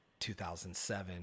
2007